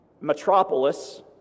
metropolis